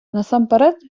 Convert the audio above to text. насамперед